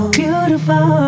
beautiful